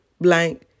blank